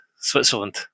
Switzerland